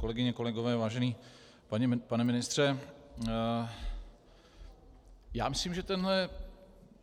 Kolegyně, kolegové, vážený pane ministře, já myslím, že